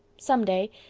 some day.